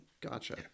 Gotcha